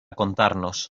contarnos